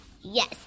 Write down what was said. Yes